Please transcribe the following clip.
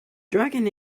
dragon